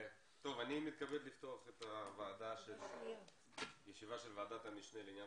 אני פותח את ישיבת ועדת המשנה של ועדת העלייה,